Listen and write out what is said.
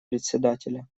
председателя